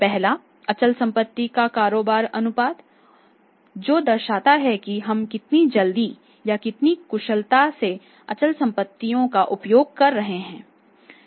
पहला अचल संपत्ति का कारोबार अनुपात जो दर्शाता है कि हम कितनी जल्दी या कितनी कुशलता से अचल संपत्तियों का उपयोग कर रहे हैं